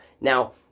Now